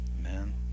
Amen